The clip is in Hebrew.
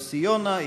יוסי יונה,